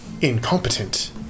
incompetent